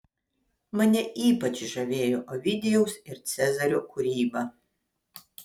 mane ypač žavėjo ovidijaus ir cezario kūryba